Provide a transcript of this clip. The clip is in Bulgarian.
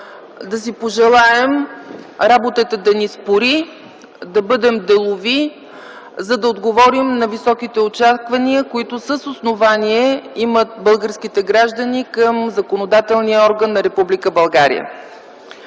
Да си пожелаем работата да ни спори, да бъдем делови, за да отговорим на високите очаквания, които с основание имат българските граждани към законодателния орган на